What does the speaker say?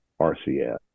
RCS